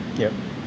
yup